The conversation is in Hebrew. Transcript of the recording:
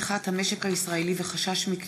הכספים,